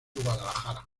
guadalajara